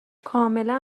کاملا